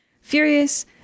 Furious